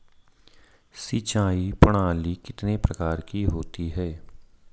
सिंचाई प्रणाली कितने प्रकार की होती है?